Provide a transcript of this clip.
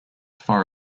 far